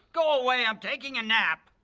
go away i'm taking a nap.